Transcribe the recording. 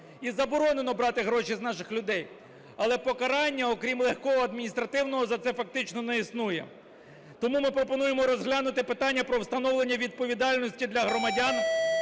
і заборонено брати гроші з наших людей. Але покарання, окрім легкого адміністративного, за це фактично не існує. Тому ми пропонуємо розглянути питання про встановлення відповідальності для громадян